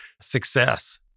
success